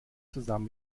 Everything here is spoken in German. zusammen